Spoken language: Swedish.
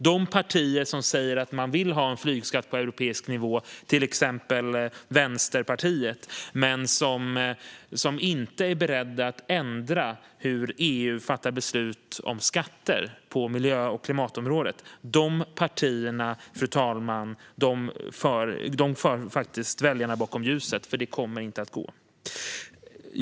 De partier som säger att de vill ha en flygskatt på europeisk nivå, till exempel Vänsterpartiet, men som inte är beredda att ändra hur EU fattar beslut om skatter på miljö och klimatområdet för faktiskt väljarna bakom ljuset. Det kommer nämligen inte att gå.